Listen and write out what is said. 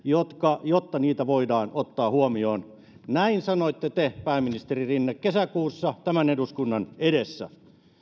jotta niitä voidaan ottaa huomioon näin sanoitte te pääministeri rinne kesäkuussa tämän eduskunnan edessä